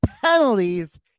penalties